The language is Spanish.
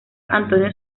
antonio